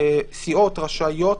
סיעות רשאיות